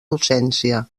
docència